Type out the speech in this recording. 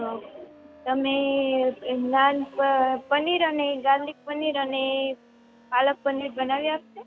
તમે નાન પ પનીર અને ગાર્લિક પનીર અને પાલક પનીર બનાવી આપશો